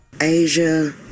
Asia